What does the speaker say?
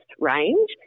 range